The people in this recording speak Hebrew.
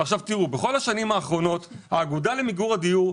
בכל השנים האחרונות האגודה למיגור העישון,